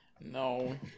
No